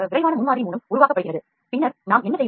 விரைவான முன்மாதிரி உருவாக்கம் இதில் இருந்து வேறுபடுகிறது